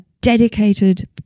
dedicated